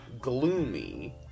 gloomy